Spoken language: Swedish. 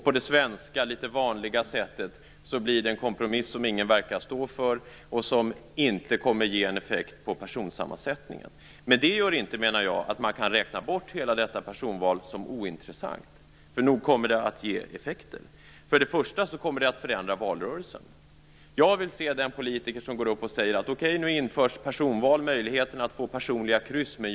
På det vanliga svenska sättet blir det en kompromiss som ingen verkar stå för och som inte kommer att ge effekt på personsammansättningen. Men det gör inte, menar jag, att man kan räkna bort hela detta personval som ointressant. Nog kommer det att ge effekter. Det kommer att förändra valrörelsen. Jag vill se den politiker som säger att han inte bryr sig när personval och möjligheten att få personliga kryss införs.